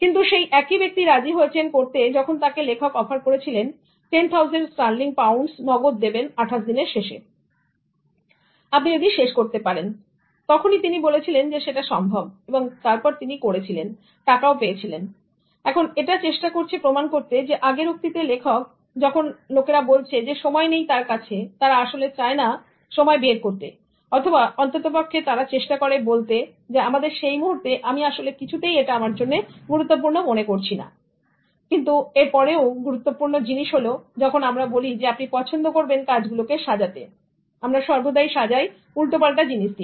কিন্তু সেই একই ব্যক্তি রাজি হয়েছেন করতে যখন তাকে লেখক অফার দিয়েছিলেন 10000 sterling pounds নগদ দেবেন 28 দিনের শেষে আপনি যদি শেষ করতে পারেন এবং তিনি বলেছিলেন সেটা সম্ভব এবং তারপর তিনি করেছিলেন এবং টাকা পেয়েছিলেন এখন এটা চেষ্টা করছে প্রমাণ করতে আগের উক্তিতে লেখক যে যখন লোকেরা বলছে যে সময় নেই তার কাছে তারা আসলেই চায়না সময় বার করতে অথবা অন্ততপক্ষে তারা চেষ্টা করে বলতে আমাদের সেই মুহূর্তে আমি আসলে কিছুতেই এটা আমার জন্য গুরুত্বপূর্ণ মনে করছি না কিন্তু এরপরেও গুরুত্বপূর্ণ জিনিস হল যখন আমরা বলি আপনি পছন্দ করবেন কাজগুলোকে সাজাতে আমরা সর্বদাই সাজাই উল্টোপাল্টা জিনিস দিয়ে